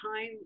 time